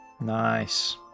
nice